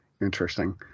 Interesting